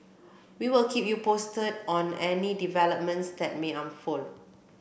we'll keep you posted on any developments that may unfold